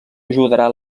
ajudarà